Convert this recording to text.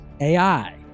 AI